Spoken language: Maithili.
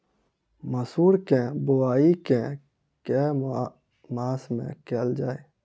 मसूर केँ बोवाई केँ के मास मे कैल जाए?